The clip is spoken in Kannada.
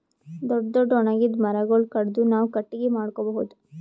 ದೊಡ್ಡ್ ದೊಡ್ಡ್ ಒಣಗಿದ್ ಮರಗೊಳ್ ಕಡದು ನಾವ್ ಕಟ್ಟಗಿ ಮಾಡ್ಕೊಬಹುದ್